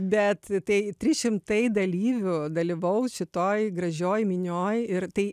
bet tai trys šimtai dalyvių dalyvaus šitoj gražioj minioj ir tai